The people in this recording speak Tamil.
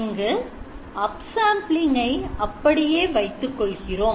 இங்கு upsampling அப்படியே வைத்துக் கொள்கிறோம்